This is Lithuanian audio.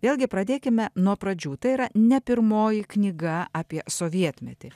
vėlgi pradėkime nuo pradžių tai yra ne pirmoji knyga apie sovietmetį